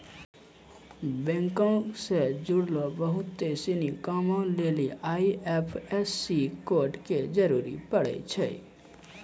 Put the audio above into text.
बैंको से जुड़लो बहुते सिनी कामो लेली आई.एफ.एस.सी कोड के जरूरी पड़ै छै